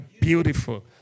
beautiful